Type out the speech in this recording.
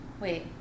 wait